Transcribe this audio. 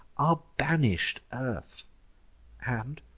are banish'd earth and,